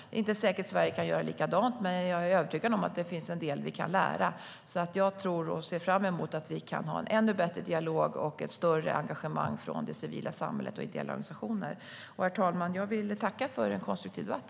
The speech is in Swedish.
Det är inte säkert att Sverige kan göra likadant. Men jag är övertygad om att det finns en del som vi kan lära. Jag ser därför fram emot att vi kan ha en ännu bättre dialog och ett större engagemang från det civila samhället och de ideella organisationerna. Herr talman! Jag vill tacka för en konstruktiv debatt.